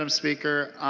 um speaker.